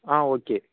ஆ okay